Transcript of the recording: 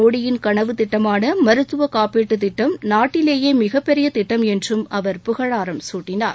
மோடியின் கனவுத் திட்டமான மருத்துவக் காப்பீட்டு திட்டம் நாட்டிலேயே மிகப்பெரிய திட்டம் என்றும் அவர் புகழாரம் சூட்டினார்